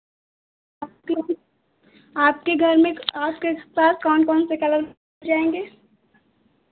आपलोग आपके घर में आपके पास कौन कौन से कलर मिल जाएंगे